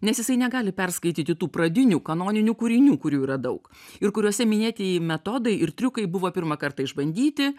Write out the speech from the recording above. nes jisai negali perskaityti tų pradinių kanoninių kūrinių kurių yra daug ir kuriuose minėtieji metodai ir triukai buvo pirmą kartą išbandyti